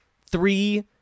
three